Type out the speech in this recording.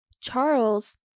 charles